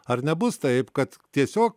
ar nebus taip kad tiesiog